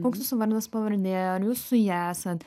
koks jūsų vardas pavardė ar jūs su ja esat